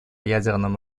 ядерному